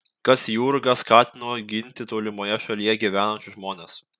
kas jurgą skatino ginti tolimoje šalyje gyvenančius žmones